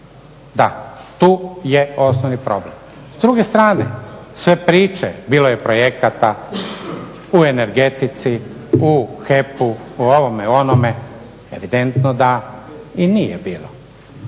Da, tu je osnovni problem. S druge strane, sve priče, bilo je projekata u energetici, u HEP-u, u ovome, onome, evidentno da i nije bilo,